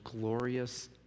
glorious